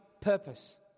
purpose